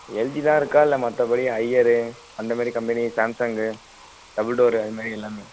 LG தான் இருக்கா இல்லை மற்றபடி ஹையரு அந்தமாதிரி கம்பெனி சாம்சங்கு டபுள்டோரு அதுமாதிரி எல்லாமே